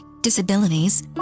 disabilities